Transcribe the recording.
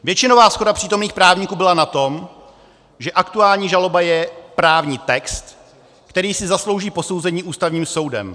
Většinová shoda přítomných právníků byla na tom, že aktuální žaloba je právní text, který si zaslouží posouzení Ústavním soudem.